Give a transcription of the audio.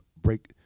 break